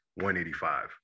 185